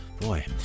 Boy